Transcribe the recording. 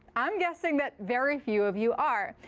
i'm guessing that very few of you are.